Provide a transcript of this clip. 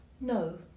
No